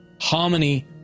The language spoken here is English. Harmony